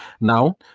Now